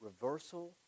reversal